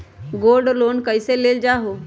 Gold loan कईसे लेल जाहु?